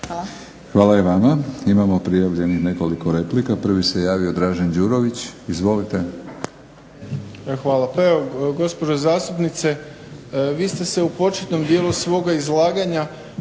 (HNS)** Hvala i vama. Imamo prijavljenih nekoliko replika. Prvi se javio Dražen Đurović. Izvolite. **Đurović, Dražen (HDSSB)** Hvala. Pa evo gospođo zastupnice vi ste u početnom dijelu svoga izlaganja